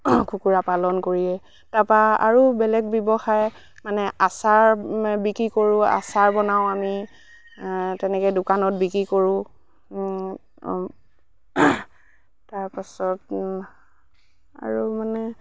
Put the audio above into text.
কুকুৰা পালন কৰিয়ে তাৰাপৰা আৰু বেলেগ ব্যৱসায় মানে আচাৰ বিক্ৰী কৰোঁ আচাৰ বনাওঁ আমি তেনেকৈ দোকানত বিক্ৰী কৰোঁ তাৰপাছত আৰু মানে